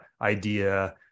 idea